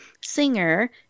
singer